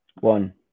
one